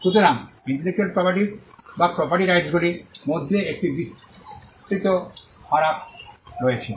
সুতরাং ইন্টেলেকচুয়াল প্রপার্টির বা প্রপার্টির রাইটসগুলির মধ্যে একটি বিস্তৃত পার্থক্য রয়েছে